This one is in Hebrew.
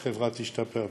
והחברה תשתפר בתפקודה,